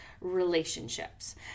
relationships